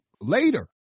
later